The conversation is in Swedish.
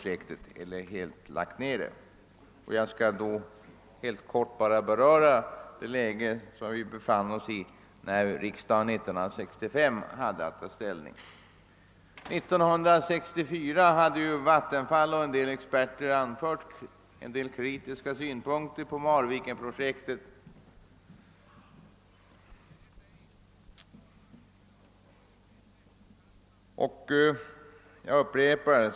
Jag vill helt kort redogöra för det läge vi befann oss i när riksdagen detta år hade att ta ställning. År 1964 hade Vattenfall och en del experter anfört vissa kritiska synpunkter på Marvikenprojektet.